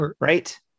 Right